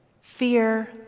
fear